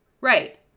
right